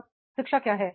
अब शिक्षा क्या है